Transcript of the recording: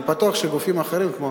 אני בטוח שגופים אחרים כמו